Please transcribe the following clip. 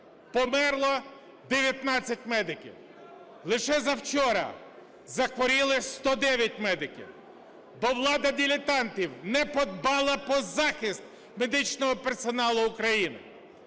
померло 19 медиків. Лише за вчора захворіли 109 медиків, бо влада дилетантів не подбала про захист медичного персоналу України.